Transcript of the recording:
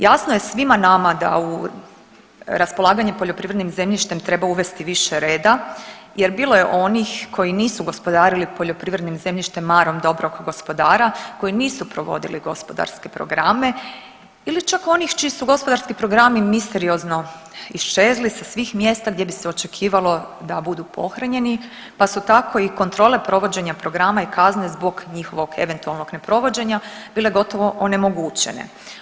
Jasno je svima nama da raspolaganje poljoprivrednim zemljištem treba uvesti više reda jer bilo je onih koji nisu gospodarili poljoprivrednim zemljištem marom dobrog gospodara, koji nisu provodili gospodarske programe ili čak onih čiji su gospodarski programi misteriozno iščezli sa svih mjesta gdje bi se očekivalo da budu pohranjeni, pa su tako i kontrole provođenja programa i kazne zbog njihovog eventualnog neprovođenja bile gotovo onemogućene.